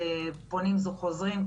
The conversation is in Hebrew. זה פונים חוזרים,